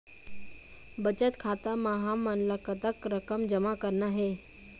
बचत खाता म हमन ला कतक रकम जमा करना हे?